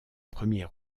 premier